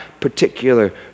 particular